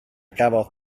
gafodd